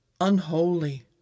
unholy